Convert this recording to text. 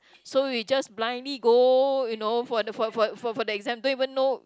so we just blindly go you know for the for for the exam don't even know